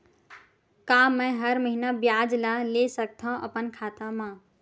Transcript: का मैं हर महीना ब्याज ला ले सकथव अपन खाता मा?